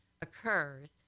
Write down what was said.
occurs